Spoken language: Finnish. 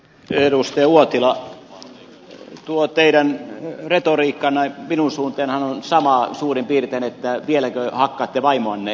edustaja uotila tuo teidän retoriikkannehan minun suuntaani on sama suurin piirtein kuin että vieläkö hakkaatte vaimoanne pekkarinen